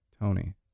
Tony